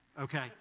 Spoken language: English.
okay